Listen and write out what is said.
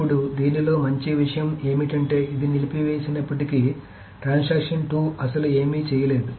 ఇప్పుడు దీనిలో మంచి విషయం ఏమిటంటే ఇది నిలిపి వేసినప్పటికీ ట్రాన్సాక్షన్ 2 అస్సలు ఏమీ చేయలేదు